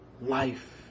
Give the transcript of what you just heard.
life